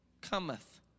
cometh